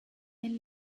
and